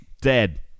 dead